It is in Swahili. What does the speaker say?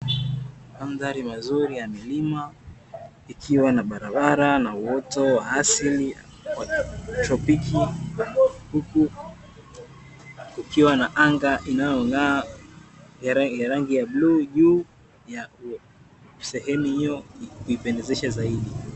Mandhari mazuri ya milima ikiwa na barabara na uoto wa asili wa kitropiki, huku kukiwa na anga inayong'aa yenye rangi ya bluu juu ya sehemu hiyo kuipendezesha zaidi.